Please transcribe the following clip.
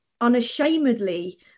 unashamedly